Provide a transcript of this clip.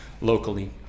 locally